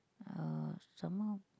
oh some more